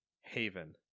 Haven